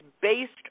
based